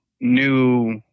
new